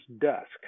dusk